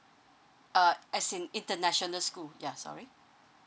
uh as in international school ya sorry